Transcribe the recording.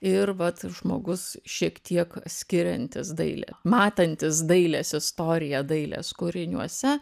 ir vat žmogus šiek tiek skiriantis dailę matantis dailės istorija dailės kūriniuose